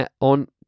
on